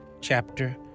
chapter